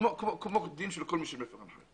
כמו דין של כל מי שמפר הנחיות.